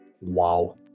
wow